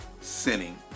sinning